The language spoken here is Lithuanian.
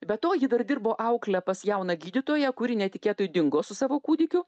be to ji dar dirbo aukle pas jauną gydytoją kuri netikėtai dingo su savo kūdikiu